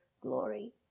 glory